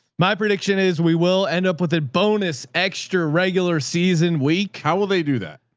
my prediction is we will end up with a bonus extra regular season week. how will they do that?